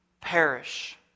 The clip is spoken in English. perish